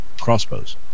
crossbows